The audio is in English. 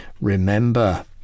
Remember